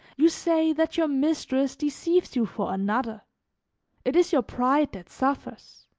you say that your mistress deceives you for another it is your pride that suffers